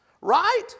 right